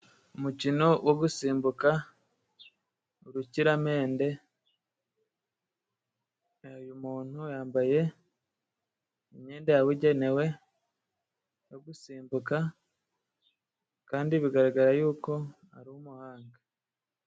Umukino wo gusimbuka urukiramende .Uyu muntu yambaye imyenda yabugenewe yo gusimbuka kandi bigaragara yuko ari umuhanga.